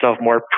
more